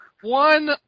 one